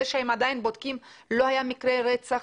זה שהם עדיין בודקים לא היה מקרה רצח,